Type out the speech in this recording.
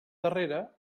darrera